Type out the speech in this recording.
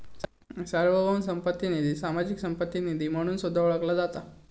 सार्वभौम संपत्ती निधी, सामाजिक संपत्ती निधी म्हणून सुद्धा ओळखला जाता